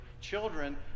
children